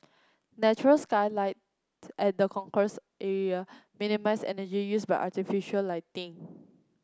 natural skylights at the concourse area minimise energy used by artificial lighting